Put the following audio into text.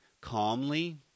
calmly